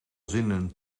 zinnen